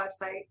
website